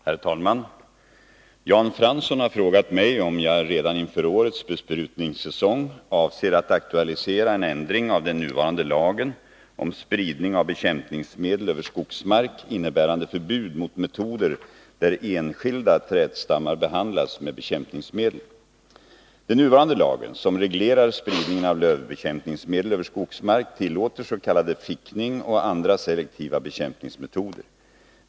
Herr talman! Jan Fransson har frågat mig om jag redan inför årets besprutningssäsong avser att aktualisera en ändring av den nuvarande lagen om spridning av bekämpningsmedel över skogsmark innebärande förbud mot metoder där enskilda trädstammar behandlas med bekämpningsmedel. Den nuvarande lagen, som reglerar spridningen av lövbekämpningsmedel över skogsmark, tillåter s.k. fickning och andra selektiva bekämpningsmetoder.